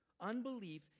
Unbelief